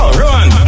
run